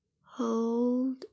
Hold